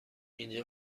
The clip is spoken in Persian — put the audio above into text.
اینجا